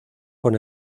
con